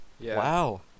Wow